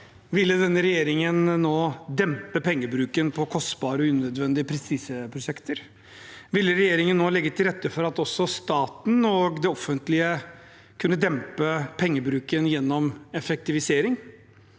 Ville denne regjeringen nå dempe pengebruken på kostbare, unødvendige prestisjeprosjekter? Ville regjeringen nå legge til rette for at også staten og det offentlige kunne dempe pengebruken gjennom effektivisering?